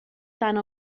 tant